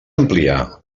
ampliar